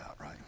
right